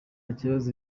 kibazo